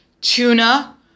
tuna